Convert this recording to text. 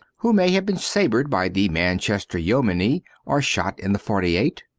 who may have been sabred by the manchester yeomany or shot in the forty eight?